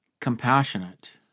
compassionate